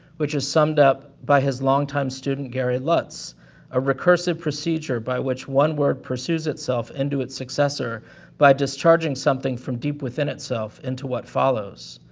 which is summed by his longtime student gary lutz a recursive procedure by which one word pursues itself into its successor by discharging something from deep within itself into what follows.